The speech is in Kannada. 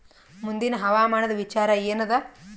ಮುಂದಿನ ಹವಾಮಾನದ ವಿಚಾರ ಏನದ?